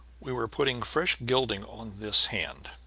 we were putting fresh gilding on this hand.